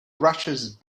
rushes